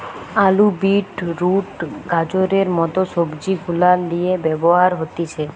আলু, beetroot, গাজরের মত সবজি গুলার লিয়ে ব্যবহার হতিছে